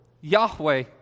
Yahweh